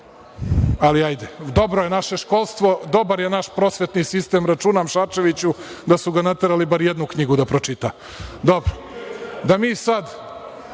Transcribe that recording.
ali hajde… Dobro je naše školstvo, dobar je naš prosvetni sistem. Računam, Šarčeviću, da su ga naterali bar jednu knjigu da pročita. Dobro, da mi sad